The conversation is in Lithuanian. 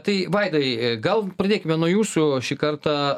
tai vaidai gal pradėkime nuo jūsų šį kartą